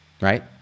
right